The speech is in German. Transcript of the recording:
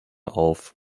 auf